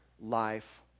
life